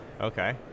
Okay